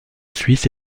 suisse